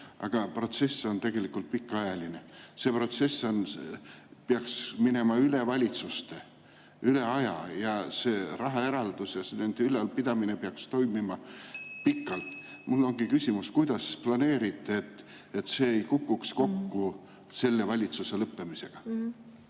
aga protsess on tegelikult pikaajaline. See protsess peaks minema üle valitsuste, üle aja. See rahaeraldis ja nende [kohtade] ülalpidamine peaks toimuma pikalt. Mul ongi küsimus: kuidas planeerite, et see ei kukuks kokku selle valitsuse lõppemisega?